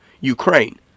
Ukraine